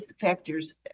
factors